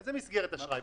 איזו מסגרת אשראי?